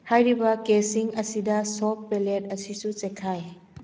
ꯍꯥꯏꯔꯤꯕ ꯀꯦꯁꯁꯤꯡ ꯑꯁꯤꯗ ꯁꯣꯞ ꯄꯦꯂꯦꯠ ꯑꯁꯤꯁꯨ ꯆꯦꯈꯥꯏ